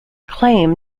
claim